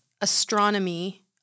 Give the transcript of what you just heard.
Astronomy